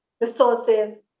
resources